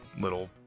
little